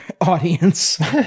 audience